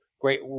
great